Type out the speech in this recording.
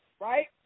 right